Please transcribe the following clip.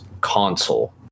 console